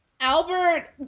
Albert